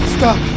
Stop